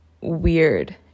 weird